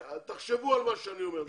תחשבו על מה שאני אומר.